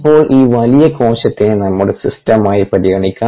ഇപ്പോൾ ഈ വലിയ കോശത്തിനെ നമ്മുടെ സിസ്റ്റമായി പരിഗണിക്കാം